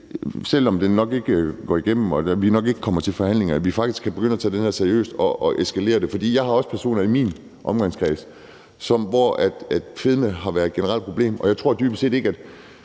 selv om det nok ikke går igennem og vi nok ikke kommer til forhandlinger om det, faktisk kan begynde at tage det her seriøst og udvide det. Jeg har også personer i min omgangskreds, for hvem fedme har været et problem, og jeg tror dybest set ikke,